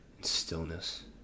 stillness